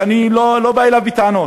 ואני לא בא אליו בטענות,